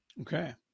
Okay